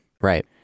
Right